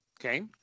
Okay